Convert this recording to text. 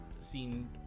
seen